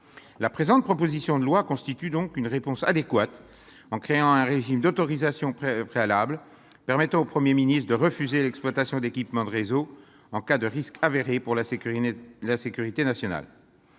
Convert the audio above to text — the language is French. La présente proposition de loi constitue une réponse adéquate en créant un régime d'autorisation préalable qui permettra au Premier ministre de refuser l'exploitation d'équipements de réseaux en cas de risque avéré pour la sécurité nationale.